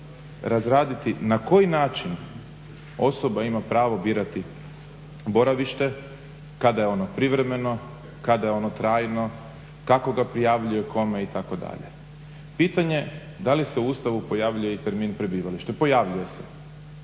razraditi na koji način osoba ima pravo birati boravište, kada je ono privremeno, kada je ono trajno, kako ga prijavljuje kome itd. Pitanje je da li se u Ustavu pojavljuje i termin prebivalište. Pojavljuje se,